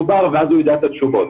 יודע לתת תשובות.